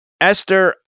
Esther